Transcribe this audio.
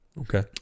Okay